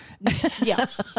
yes